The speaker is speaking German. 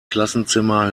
klassenzimmer